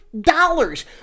Dollars